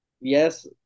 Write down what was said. yes